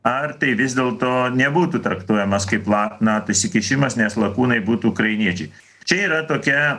ar tai vis dėlto nebūtų traktuojamas kaip la nato įsikišimas nes lakūnai būtų ukrainiečiai čia yra tokia